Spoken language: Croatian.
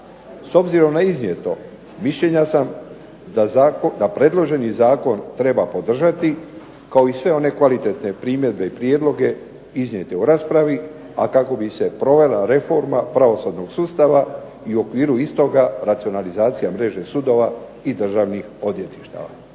S obzirom na iznijeto, mišljenja sam da predloženi zakon treba podržati, kao i sve one kvalitetne primjedbe i prijedloge iznijete u raspravi, a kako bi se provela reforma pravosudnog sustava i u okviru istoga racionalizacija mreže sudova i državnih odvjetništava.